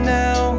now